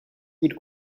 would